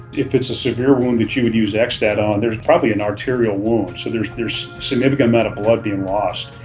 if it's a severe wound that you would use xstat on, there's probably an arterial wound, so there's a significant amount of blood being lost.